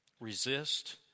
Resist